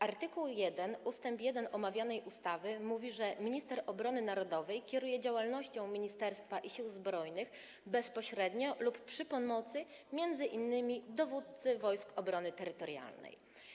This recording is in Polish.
Art. 1 ust. 1 omawianej ustawy mówi, że minister obrony narodowej kieruje działalnością ministerstwa i Sił Zbrojnych bezpośrednio lub przy pomocy m.in. dowódcy Wojsk Obrony Terytorialnej.